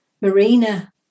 marina